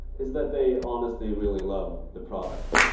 is that they honestly really love the product.